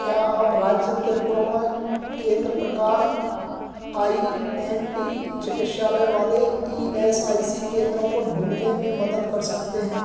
क्या आप राज्य त्रिपुरा में केंद्र प्रकार आई एम पी चिकित्सालय वाले ई एस आई सी केंद्रों को ढूँढने में मदद कर सकते हैं